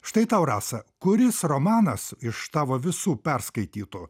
štai tau rasa kuris romanas iš tavo visų perskaitytų